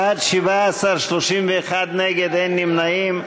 בעד, 17, נגד, 31, אין נמנעים.